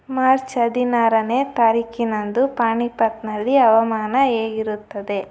March ಹದಿನಾರನೇ ತಾರೀಕಿನಂದು ಪಾಣೀಪತ್ನಲ್ಲಿ ಹವಾಮಾನ ಹೇಗಿರುತ್ತದೆ